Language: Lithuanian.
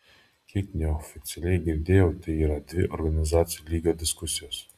kiek neoficialiai girdėjau tai yra dvi organizacijų lygio diskusijos